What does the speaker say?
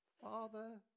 Father